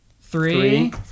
Three